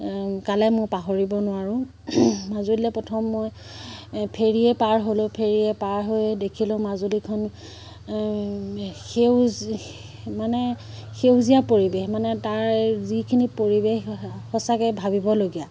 কালে মই পাহৰিব নোৱাৰোঁ মাজুলীলে প্ৰথম মই ফেৰীয়ে পাৰ হ'লোঁ ফেৰিয়ে পাৰ হৈ দেখিলোঁ মাজুলীখন সেউজ মানে সেউজীয়া পৰিৱেশ মানে তাৰ যিখিনি পৰিৱেশ সঁচাকৈ ভাবিবলগীয়া